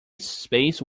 space